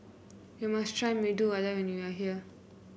you must try Medu Vada when you are here